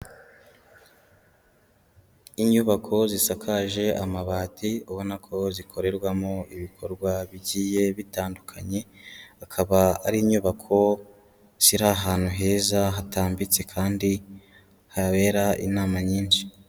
Inyubako zisakaje amabati ubona ko zikorerwamo ibikorwa bigiye bitandukanye, akaba ari inyubako ziri ahantu heza hatambitse kandi habera inama nyinshi.